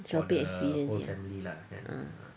shopping shopping ah